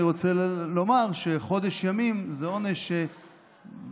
אני רוצה לומר שחודש ימים זה עונש שבקלות